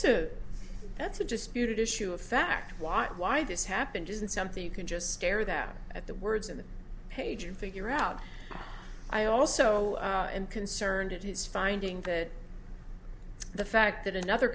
so that's a disputed issue of fact why why this happened isn't something you can just stare that at the words in the page and figure out i also am concerned it is finding that the fact that another